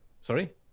Sorry